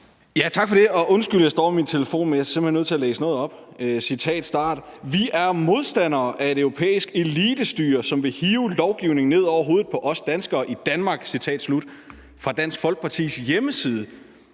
(S): Tak for det. Undskyld, at jeg står med min telefon, men jeg er simpelt hen nødt til at læse noget op. Jeg citerer: Vi er modstandere af et europæisk elitestyre, som vil hive lovgivning ned over hovedet på os danskere i Danmark. Citat slut. Det er fra Dansk Folkepartis hjemmeside,